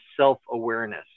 self-awareness